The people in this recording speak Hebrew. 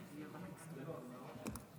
אדוני היושב-ראש,